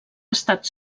estat